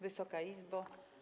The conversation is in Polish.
Wysoka Izbo!